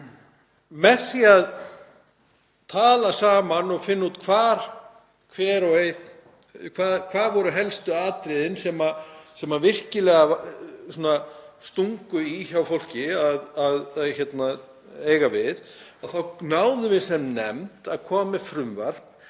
Með því að tala saman og finna út hver væru helstu atriðin sem virkilega stungu í hjá fólki að eiga við þá náðum við sem nefnd að koma með